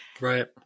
Right